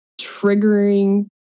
triggering